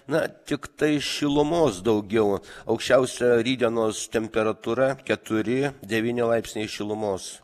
na tiktai šilumos daugiau aukščiausia rytdienos temperatūra keturi devyni laipsniai šilumos